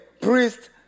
priest